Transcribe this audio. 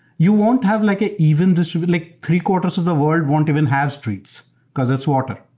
you won't have like an even distributed, like three-quarters of the world won't even have streets because it's water.